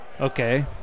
Okay